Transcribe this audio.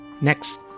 Next